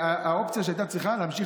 האופציה שהייתה צריכה להיות זה להמשיך